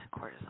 cortisol